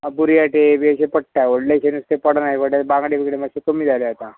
बुरयाटें बी अशें पडटा व्हडलेशें नुस्तें पडना व्हडलें बांगडे मात्शें कमी जालें आतां